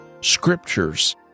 scriptures